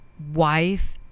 wife